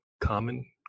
common